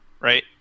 right